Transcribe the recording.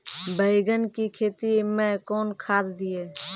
बैंगन की खेती मैं कौन खाद दिए?